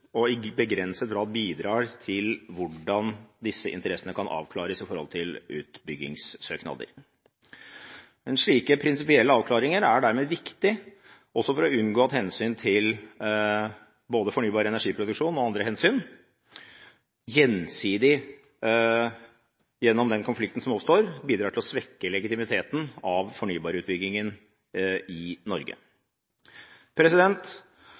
og i begrenset grad bidrar til hvordan disse interessene kan avklares når det gjelder utbyggingssøknader. Slike prinsipielle avklaringer er dermed viktig også for å unngå at hensyn til både fornybar energiproduksjon og andre hensyn gjensidig gjennom den konflikten som oppstår, bidrar til å svekke legitimiteten av fornybarutbyggingen i